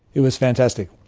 it was fantastic.